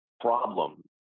problem